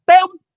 Boom